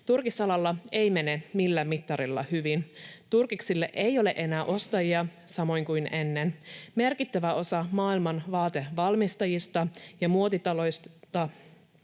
Turkisalalla ei mene millään mittarilla hyvin. Turkiksille ei ole enää ostajia samoin kuin ennen. Merkittävä osa maailman vaatevalmistajista ja muotitaloista